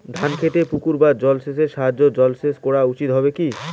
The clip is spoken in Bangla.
ধান খেতে পুকুর বা জলাশয়ের সাহায্যে জলসেচ করা উচিৎ হবে কি?